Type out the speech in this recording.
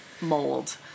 mold